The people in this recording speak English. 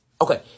okay